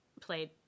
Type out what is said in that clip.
played